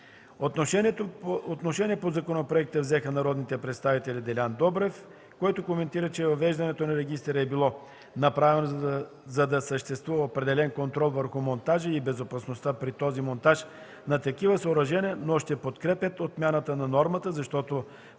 Отношение по законопроекта взе народният представител Делян Добрев, който коментира, че въвеждането на регистър е било направено, за да съществува определен контрол върху монтажа и безопасността при този монтаж на такива съоръжения, но ще подкрепят отмяната на нормата, защото